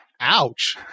Ouch